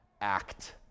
act